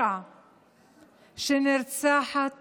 שנרצחת